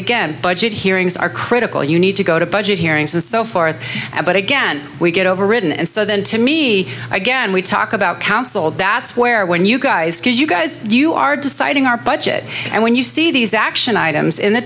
again budget hearings are critical you need to go to budget hearings and so forth but again we get overridden and so then to me again we talk about counsel that's where when you guys you guys you are deciding our budget and when you see these action items in the